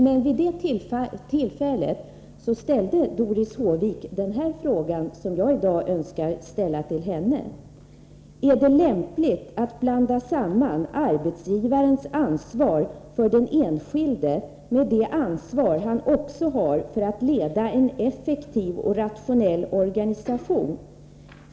Men vid det tillfället ställde Doris Håvik dessa frågor, som jag i dag önskar ställa till henne: Är det lämpligt att blanda samman arbetsgivarens ansvar för den enskilde med det ansvar han också har för att leda en effektiv och rationell organisation?